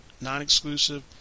non-exclusive